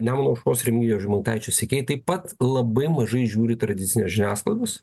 nemuno aušros remigijaus žemaitaičio sekėjai taip pat labai mažai žiūri tradicinės žiniasklaidos